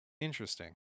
Interesting